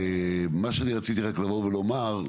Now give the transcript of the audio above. מה שאני רציתי רק לבוא ולומר,